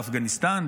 באפגניסטאן,